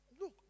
Look